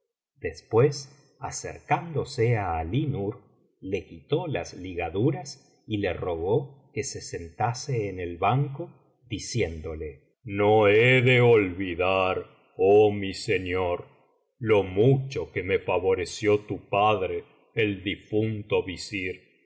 después acercándose á alí nur le quitó las ligaduras y le rogó que se sentase en el banco diciéndole no he de olvidar oh mi señor lo mucho que me favoreció tu padre el difunto visir